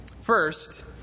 First